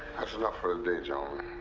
that's enough for today, gentlemen.